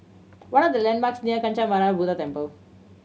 what are the landmarks near Kancanarama Buddha Temple